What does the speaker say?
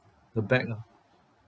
the bag ah